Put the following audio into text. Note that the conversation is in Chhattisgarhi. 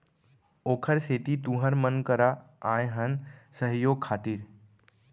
ओखरे सेती तुँहर मन करा आए हन सहयोग खातिर